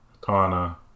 katana